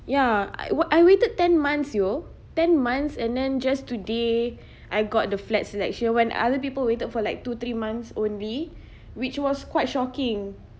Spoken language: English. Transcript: ya I w~ I waited ten months yo ten months and then just today I got the flat selection when other people waited for like two three months only which was quite shocking